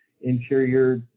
interior